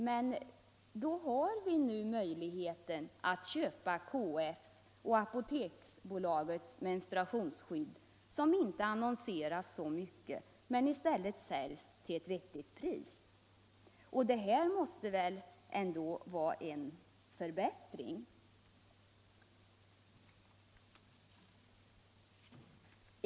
Men vi har ju möjlighet att köpa KF:s och Apoteksbolagets menstruationsskydd, som inte annonseras så mycket men som i stället säljs till ett vettigt pris. Det måste väl ändå vara en förbättring.